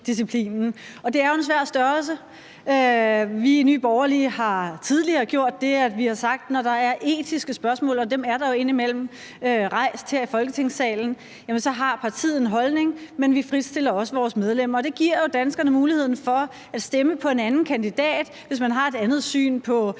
det er jo en svær størrelse. Vi i Nye Borgerlige har tidligere gjort det, at vi har sagt, at når der er etiske spørgsmål, og de er jo indimellem rejst her i Folketingssalen, har partiet en holdning, men vi fritstiller også vores medlemmer. Det giver jo danskerne muligheden for at stemme på en anden kandidat, hvis man har et andet syn på alt